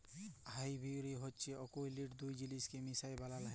hybrid হছে অকুলীল দুট জিলিসকে মিশায় বালাল হ্যয়